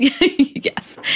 Yes